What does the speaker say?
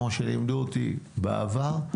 כמו שלימדו אותי בעבר.